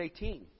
18